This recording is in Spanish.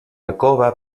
alcoba